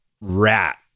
rat